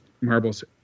marbles